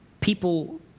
People